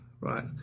right